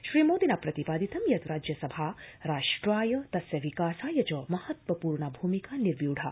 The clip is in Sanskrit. श्रीमोदिना प्रतिपादितं यत् राज्यसभा राष्ट्राय तस्य विकासाय च महत्त्वपूर्णा भूमिका निर्व्यूढा